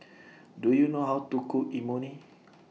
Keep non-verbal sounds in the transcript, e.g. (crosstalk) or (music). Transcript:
(noise) Do YOU know How to Cook Imoni